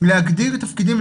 להגיד תפקידים,